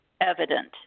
evident